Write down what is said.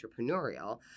entrepreneurial